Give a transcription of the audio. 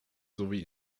sowie